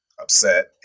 upset